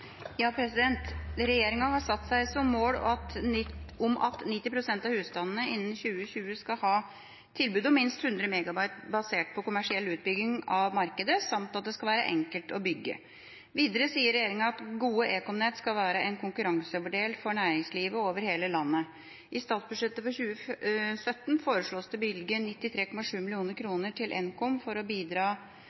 har satt seg mål om at 90 pst. av husstandene innen 2020 skal ha tilbud om minst 100 Mbit/s basert på kommersiell utbygging av markedet samt at det skal være enkelt å bygge. Videre sier regjeringen at gode ekomnett skal være en konkurransefordel for næringslivet over hele landet. I statsbudsjettet for 2017 foreslås det bevilget 93,7 millioner kroner til NKOM for å bidra